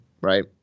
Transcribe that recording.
right